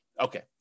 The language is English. okay